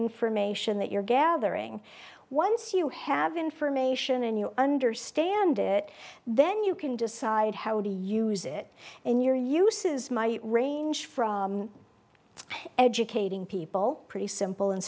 information that you're gathering once you have information and you understand it then you can decide how to use it and your uses my range from educating people pretty simple and